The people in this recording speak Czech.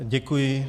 Děkuji.